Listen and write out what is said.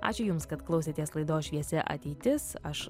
ačiū jums kad klausėtės laidos šviesi ateitis aš